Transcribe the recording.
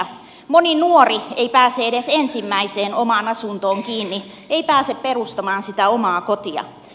moni nuori ei pääse edes ensimmäiseen omaan asuntoon kiinni ei pääse perustamaan sitä omaa kotia